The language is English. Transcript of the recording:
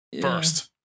first